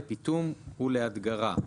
לפיטום ולהדגרה.